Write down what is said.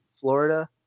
Florida